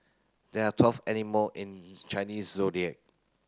there are twelve animal in Chinese Zodiac